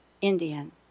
Indian